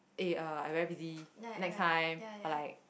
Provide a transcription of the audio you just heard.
eh uh I very busy next time or like